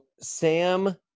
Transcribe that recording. Sam